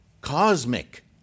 cosmic